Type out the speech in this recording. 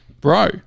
bro